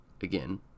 again